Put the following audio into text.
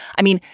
i mean,